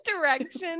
direction